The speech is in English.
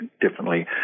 differently